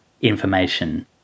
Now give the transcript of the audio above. information